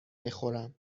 بخورم